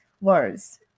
words